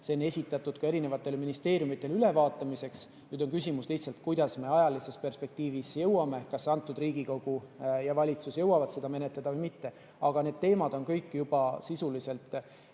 see on esitatud ministeeriumidele ülevaatamiseks. Nüüd on küsimus lihtsalt selles, kuidas me ajalises perspektiivis jõuame, kas see Riigikogu ja valitsus jõuavad seda menetleda või mitte. Aga need teemad on kõik juba sisuliselt eelnõu